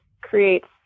creates